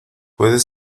puedes